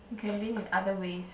you can win in other ways